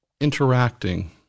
interacting